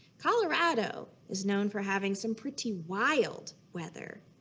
colorado, is known for having some pretty wild weather.